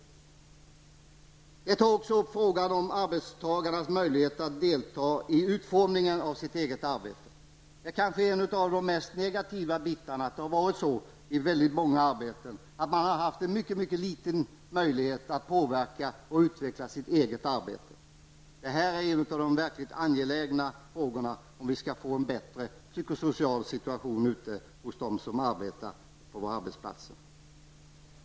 Vidare tas också arbetstagarnas möjligheter att delta i utformningen av sitt eget arbete upp. Detta har kanske varit en av de mest negativa bitarna. I många arbeten har man haft mycket små möjligheter att påverka och utveckla sitt eget arbete. Detta är en av de verkligt angelägna frågorna som måste lösas, om vi skall få en bättre psykosocial situation för dem som arbetar på våra arbetsplatser.